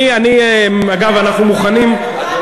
אגב, אנחנו מוכנים, לא